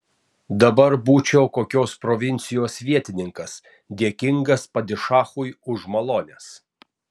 dabar būčiau kokios provincijos vietininkas dėkingas padišachui už malones